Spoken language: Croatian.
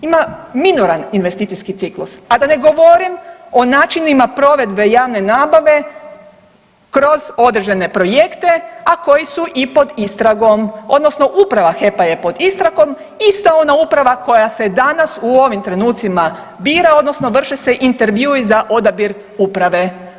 Ima minoran investicijski ciklus, a da ne govorim o načinima provedbe javne nabave kroz određene projekte, a koji su i pod istragom odnosno uprava HEP-a je pod istragom ista ona uprava koja se danas u ovim trenucima bira odnosno vrši se intervjui za odabir uprave.